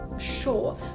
sure